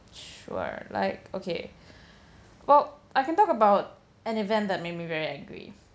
sure like okay well I can talk about an event that made me very angry